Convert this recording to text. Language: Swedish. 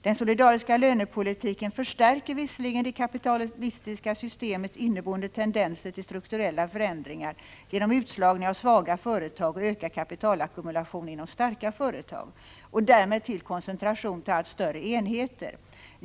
Den solidariska lönepolitiken förstärker visserligen det kapitalistiska systemets inneboende tendenser till strukturella förändringar genom utslagning av svaga företag och ökad kapitalackumulation inom starka företag, och därmed till koncentration till allt större enheter.